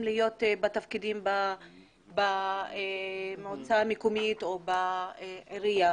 להיות בתפקידים במועצה המקומית או בעירייה